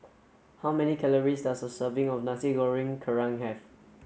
how many calories does a serving of Nasi Goreng Kerang have